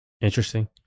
interesting